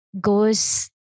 goes